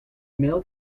male